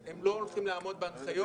שהם לא הולכים לעמוד בהנחיות,